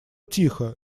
тихо